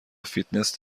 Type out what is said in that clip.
فیتنس